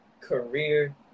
career